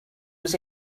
was